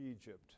Egypt